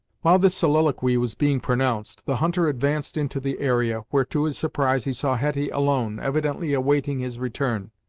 while this soliloquy was being pronounced, the hunter advanced into the area, where to his surprise he saw hetty alone, evidently awaiting his return.